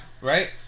right